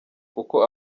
kuko